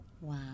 Wow